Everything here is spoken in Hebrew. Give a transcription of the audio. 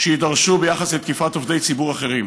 שיידרשו ביחס לתקיפת עובדי ציבור אחרים.